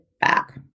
back